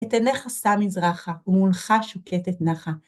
את עיניך סע מזרחה, ומולך שוקטת נחה.